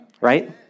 Right